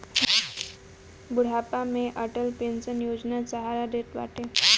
बुढ़ापा में अटल पेंशन योजना सहारा देत बाटे